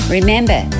Remember